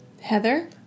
Heather